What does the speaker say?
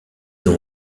don